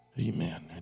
Amen